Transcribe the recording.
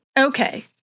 Okay